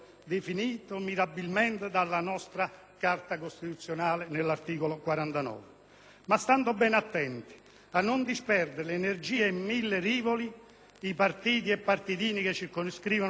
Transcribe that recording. ma stando bene attenti a non disperdere le energie in mille rivoli, in partiti e partitini che circoscrivano la loro esistenza alla difesa di piccole sigle